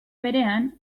berean